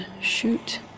shoot